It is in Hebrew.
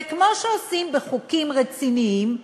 וכמו שעושים בחוקים רציניים,